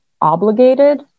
obligated